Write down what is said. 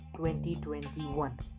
2021